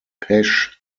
pesch